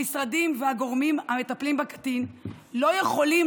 המשרדים והגורמים המטפלים בקטין לא יכולים